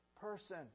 person